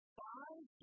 five